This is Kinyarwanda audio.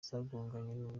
zagonganye